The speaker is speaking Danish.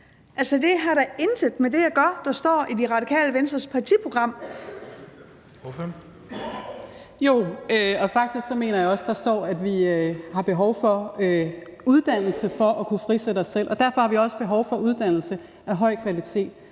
Ordføreren. Kl. 13:02 Anne Sophie Callesen (RV): Jo, og faktisk mener jeg også, der står, at vi har behov for uddannelse for at kunne frisætte os selv. Og derfor har vi også behov for uddannelse af høj kvalitet.